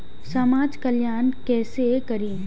समाज कल्याण केसे करी?